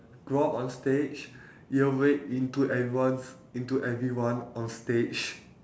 go up on stage ear rape into everyone's into everyone on stage